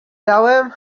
dałem